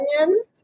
onions